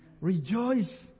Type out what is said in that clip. Rejoice